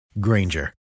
Granger